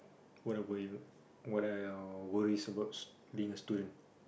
what I worry what I uh worries about being a student